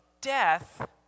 death